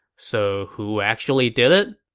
so who actually did it?